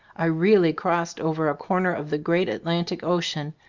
i really crossed over a corner of the great atlantic ocean,